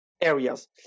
areas